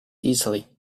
easily